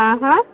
हँ हँ